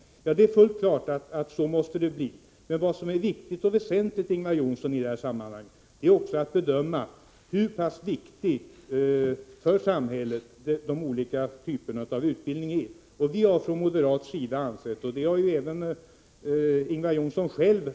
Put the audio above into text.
Det är fullt klart att det måste bli så. Men vad som är väsentligt i sammanhanget, Ingvar Johnsson, är att också bedöma hur viktiga för samhället de olika typerna av utbildning är. Vi har en mycket snabb teknisk utveckling i vårt samhälle.